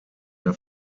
mehr